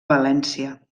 valència